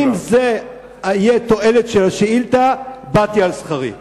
אם זאת תהיה התועלת של השאילתא, באתי על שכרי.